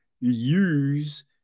use